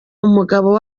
umugabo